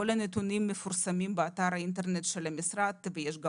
כל הנתונים מפורסמים באתר האינטרנט של המשרד ויש גם